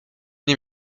nie